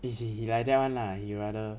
is he he like that [one] lah he rather